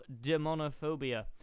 Demonophobia